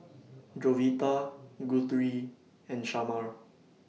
Jovita Guthrie and Shamar